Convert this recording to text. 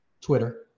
Twitter